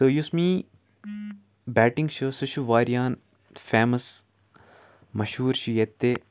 تہٕ یُس میٛٲنۍ بیٹِنٛگ چھِ سُہ چھِ واریاہَن فیمَس مشہوٗر تہِ چھِ ییٚتہِ